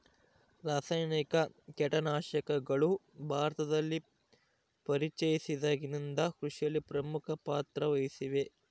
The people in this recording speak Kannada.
ರಾಸಾಯನಿಕ ಕೇಟನಾಶಕಗಳು ಭಾರತದಲ್ಲಿ ಪರಿಚಯಿಸಿದಾಗಿನಿಂದ ಕೃಷಿಯಲ್ಲಿ ಪ್ರಮುಖ ಪಾತ್ರ ವಹಿಸಿವೆ